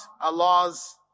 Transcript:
Allah's